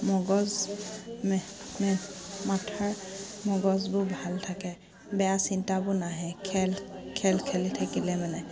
মগজু মে মাথাৰ মগজুবোৰ ভাল থাকে বেয়া চিন্তাবোৰ নাহে খেল খেল খেলি থাকিলে মানে